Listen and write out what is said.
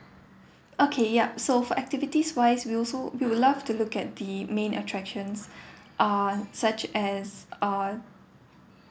okay yup so for activities wise we also we'll love to look at the main attractions uh such as uh